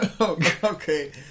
Okay